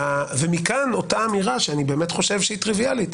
מכאן אותה אמירה שאני באמת חושב שהיא טריוויאלית: